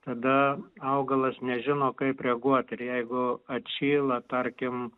tada augalas nežino kaip reaguoti ir jeigu atšyla tarkim